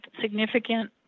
significant